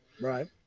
Right